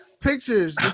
Pictures